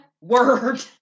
word